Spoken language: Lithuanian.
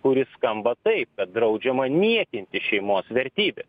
kuris skamba taip kad draudžiama niekinti šeimos vertybes